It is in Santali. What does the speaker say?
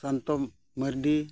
ᱥᱩᱥᱟᱱᱛᱚ ᱢᱟᱨᱰᱤ